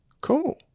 Cool